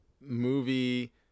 movie